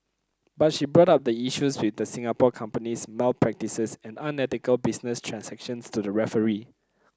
but she brought up the issues with the Singapore company's malpractices and unethical business transactions to the referee